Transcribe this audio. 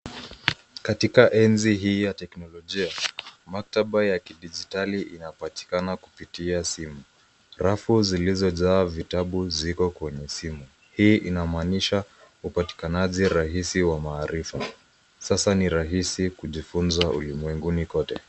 Katika enzi hii ya teknolojia. Maktaba ya kidijitali inapatikana kupitia simu. Rafu zilizojaa vitabu ziko kwenye simu. Hii inamaanisha upatukanaji rahisi wa maarifa. Sasa ni rahisi kujifunza ulimwenguni kote.